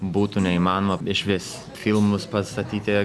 būtų neįmanoma išvis filmus pastatyti